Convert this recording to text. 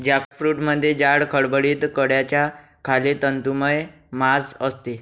जॅकफ्रूटमध्ये जाड, खडबडीत कड्याच्या खाली तंतुमय मांस असते